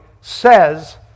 says